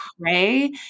pray